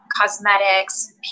cosmetics